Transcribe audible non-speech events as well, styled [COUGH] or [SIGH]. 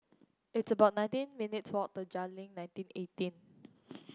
it's about nineteen minutes' walk to Jayleen nineteen eighteen [NOISE]